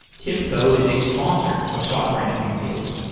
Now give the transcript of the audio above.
tibco is a sponsor of software engineering daily